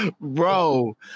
Bro